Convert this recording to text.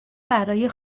برای